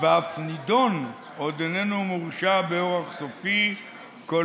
ואף נידון עוד איננו מורשע באורח סופי כל